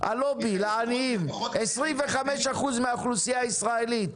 מאות אלפים בחל"ת.